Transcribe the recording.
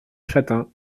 châtain